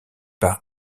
par